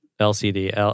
LCD